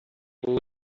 бул